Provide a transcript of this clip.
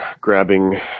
grabbing